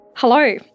Hello